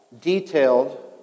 detailed